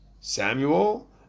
samuel